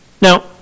Now